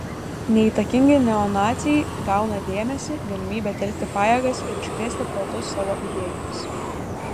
neįtakingi neonaciai gauna dėmesį galimybę telkti pajėgas ir užkrėsti protus savo idėjomis